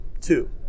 two